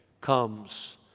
comes